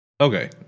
Okay